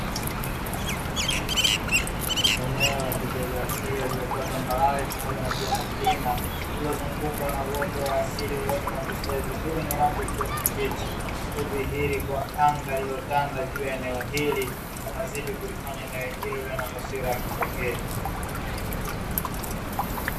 Eneo la kijografia lilokuwa tambarare pamoja na kuwa na mlima lililozungukwa na uoto wa asili ulioota nakustawi vzuri wenye rangi ya kijani kibichi, kudhihiri kwa anga lililotanda juu ya eneo hili kunazidi kulifanya eneo hilo kuwa na taswira ya kipekee.